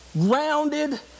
grounded